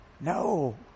No